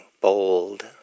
bold